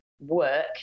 work